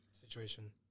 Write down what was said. situation